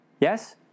Yes